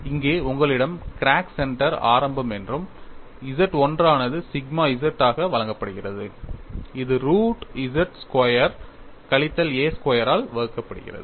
இங்கே உங்களிடம் crack centre ஆரம்பம் என்றும் Z 1 ஆனது சிக்மா z ஆக வழங்கப்படுகிறது இது ரூட் Z ஸ்கொயர் கழித்தல் a ஸ்கொயரால் வகுக்கப்படுகிறது